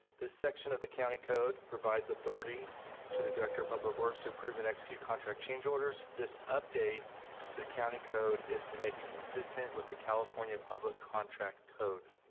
this section of the county code provides authority to the director of public works to approve and execute contract change orders. this update to the county code is to make it consistent with the california public contract code.